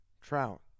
Trout